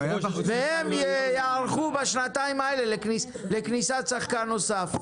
והם ייערכו בשנתיים האלה לכניסת שחקן נוסף.